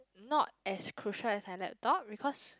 not as crucial as my laptop because